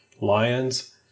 lions